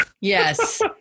Yes